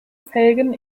felgen